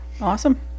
Awesome